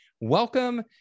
Welcome